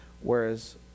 whereas